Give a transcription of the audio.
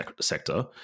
sector